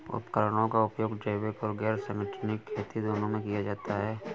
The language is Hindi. उपकरणों का उपयोग जैविक और गैर संगठनिक खेती दोनों में किया जाता है